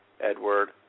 Edward